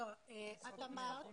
את אמרת